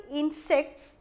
insects